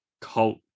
cult